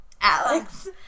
Alex